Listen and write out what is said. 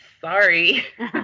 sorry